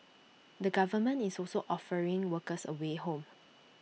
the government is also offering workers A way home